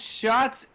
shots